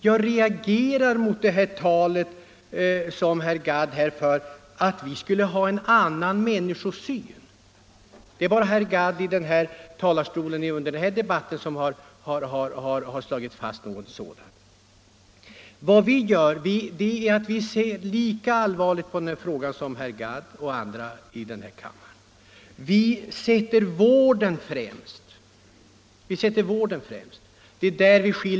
Jag reagerar mot det här talet som herr Gadd för att vi skulle ha en annan människosyn. Det är glädjande nog bara herr Gadd som under denna debatt påstått något sådant. Vi reservanter ser lika allvarligt på frågan som herr Gadd och andra i kammaren, men vi sätter vården främst.